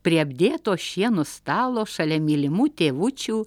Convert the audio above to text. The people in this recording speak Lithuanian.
prie apdėto šienu stalo šalia mylimų tėvučių